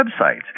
websites